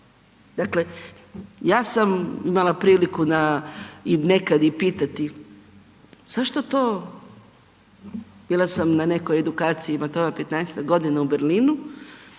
Dakle, ja sam imala priliku nekad i pitati, bila sam na nekoj edukciji ima tome petnaestak godina u Berlinu,